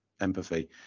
empathy